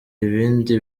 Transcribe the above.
ibindi